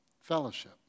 fellowship